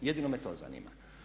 Jedino me to zanima.